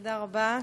תודה רבה.